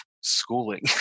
schooling